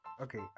Okay